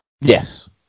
yes